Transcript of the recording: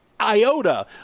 iota